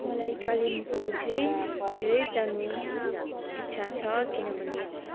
मलाई कालिम्पोङ चाहिँ धैरे जानु इच्छा छ किनभने